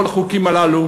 כל החוקים הללו,